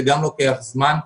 זה גם לוקח זמן.